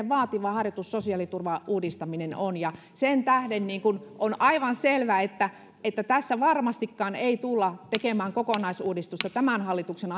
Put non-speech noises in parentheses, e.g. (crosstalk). (unintelligible) vaativa harjoitus sosiaaliturvan uudistaminen on ja sen tähden on aivan selvää että että tässä varmastikaan ei tulla tekemään kokonaisuudistusta tämän hallituksen (unintelligible)